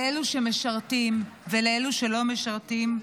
לאלה שמשרתים ולאלה שלא משרתים,